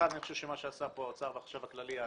אני חושב שמה שעשה כאן האוצר והחשב הכללי,